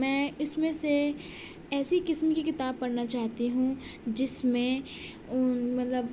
میں اس میں سے ایسی قسم کی کتاب پڑھنا چاہتی ہوں جس میں مطلب